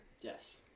Yes